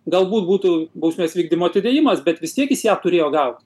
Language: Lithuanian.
galbūt būtų bausmės vykdymo atidėjimas bet vis tiek jis ją turėjo gauti